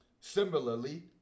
Similarly